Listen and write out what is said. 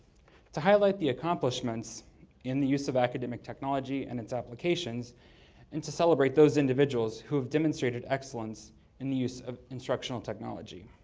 to highlight the accomplishments and the use of academic technology and it's applications and to celebrate those individuals who have demonstrated excellence in the use of instructional technology.